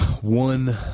one